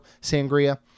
Sangria